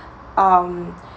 um